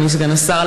אדוני סגן השר,